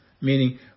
Meaning